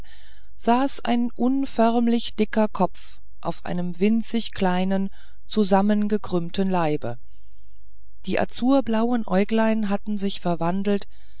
saß ein unförmlicher dicker kopf auf einem winzig kleinen zusammengekrümmten leibe die azurblauen äugelein hatten sich verwandelt